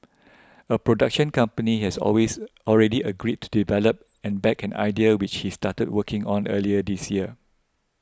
a production company has always already agreed to develop and back an idea which he started working on earlier this year